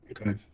Okay